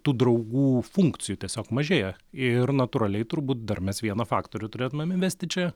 tų draugų funkcijų tiesiog mažėja ir natūraliai turbūt dar mes vieną faktorių turėtumėm įvesti čia